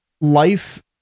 life